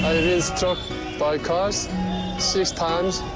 struck by cars six times.